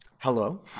hello